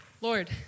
Lord